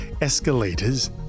escalators